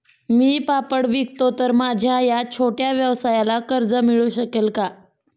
मी पापड विकतो तर माझ्या या छोट्या व्यवसायाला कर्ज मिळू शकेल का?